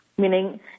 Meaning